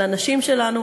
על הנשים שלנו.